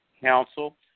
Council